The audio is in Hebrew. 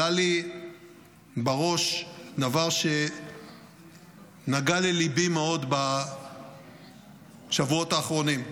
עלה לי בראש דבר שנגע לליבי מאוד בשבועות האחרונים.